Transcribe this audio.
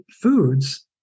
foods